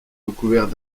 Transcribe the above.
recouvert